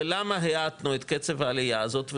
ולמה האטנו את קצת העלייה הזאת.